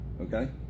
okay